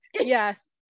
yes